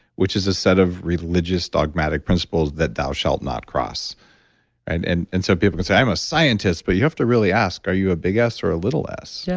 which is a set of religious dogmatic principles that thou shalt not cross and some and and so people can say, i'm a scientist, but you have to really ask, are you a big s or a little s? yeah